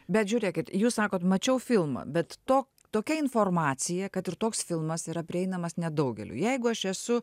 bet žiūrėkit jūs sakot mačiau filmą bet to tokia informacija kad ir toks filmas yra prieinamas nedaugeliui jeigu aš esu